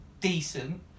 decent